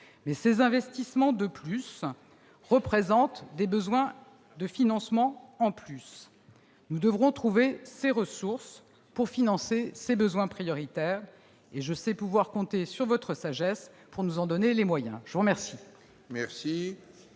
ces investissements supplémentaires représentent des besoins de financements supplémentaires. Nous devrons trouver des ressources pour financer ces besoins prioritaires, et je sais pouvoir compter sur votre sagesse pour nous en donner les moyens. La parole